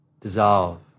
dissolve